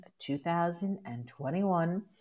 2021